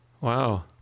Wow